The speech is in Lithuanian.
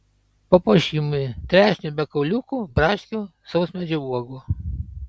papuošimui trešnių be kauliukų braškių sausmedžio uogų